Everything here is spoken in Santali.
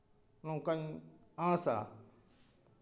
ᱱᱚᱝᱠᱟᱧ ᱟᱸᱥᱼᱟ